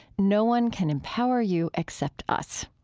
no one can empower you except us.